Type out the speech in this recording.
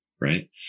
right